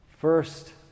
first